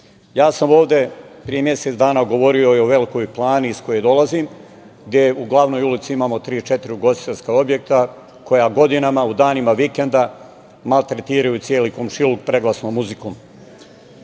sam pre mesec dana govorio i o Velikoj Plani iz koje dolazim, gde u glavnoj ulici imamo tri, četiri ugostiteljska objekta koja godinama u danima vikenda, maltretiraju celi komšiluk preglasnom muzikom. Jedno